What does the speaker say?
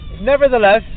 Nevertheless